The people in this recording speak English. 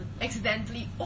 Accidentally